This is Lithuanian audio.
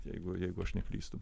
jeigu jeigu aš neklystu